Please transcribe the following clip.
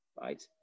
right